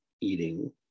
eating